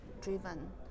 driven